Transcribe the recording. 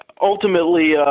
ultimately